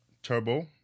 Turbo